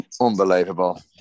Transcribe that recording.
Unbelievable